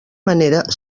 manera